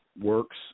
works